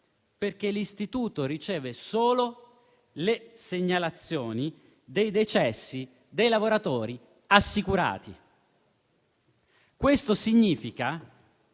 perché l'Istituto riceve solo le segnalazioni dei decessi dei lavoratori assicurati. Questo significa